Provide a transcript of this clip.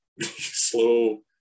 slow